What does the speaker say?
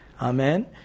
Amen